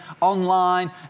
online